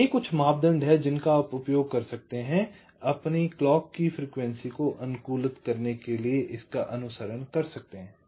तो ये कुछ मापदंड हैं जिनका आप उपयोग कर सकते हैं आप क्लॉक की फ्रीक्वेंसी को अनुकूलित करने के लिए इसका अनुसरण कर सकते हैं